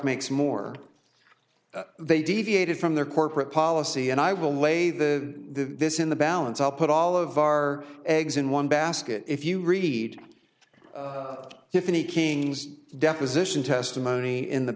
makes more they deviated from their corporate policy and i will lay the this in the balance i'll put all of our eggs in one basket if you read if any kings deposition testimony in the